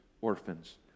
orphans